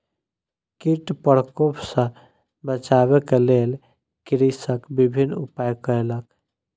कीट प्रकोप सॅ बचाबक लेल कृषक विभिन्न उपाय कयलक